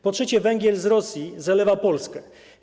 Po trzecie, węgiel z Rosji zalewa Polskę.